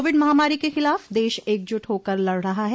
Covid महामारी के खिलाफ देश एकजुट होकर लड़ रहा है